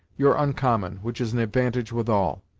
you're oncommon, which is an advantage with all.